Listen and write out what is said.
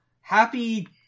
happy